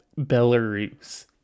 Belarus